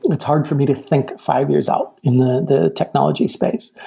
it's hard for me to think five years out in the the technology space.